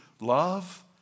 love